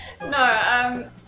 No